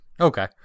Okay